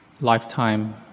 lifetime